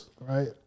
right